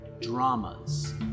Dramas